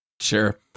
Sure